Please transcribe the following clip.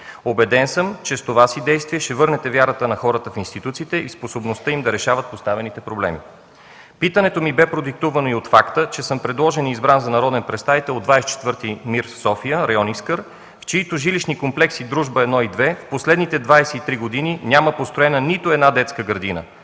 Убеден съм, че с това си действие ще върнете вярата на хората в институциите и способността им да решават поставените проблеми. Питането ми бе продиктувано и от факта, че съм предложен и избран за народен представител от 24. многомандатен избирателен район София – район „Искър”, в чиито жилищни комплекси „Дружба 1” и „Дружба 2” в последните 23 години няма построена нито една детска градина